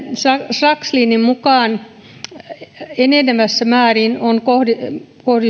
sakslinin mukaan enenevässä määrin on kohdistettava